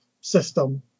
system